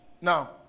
Now